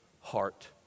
heart